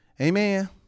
Amen